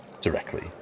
directly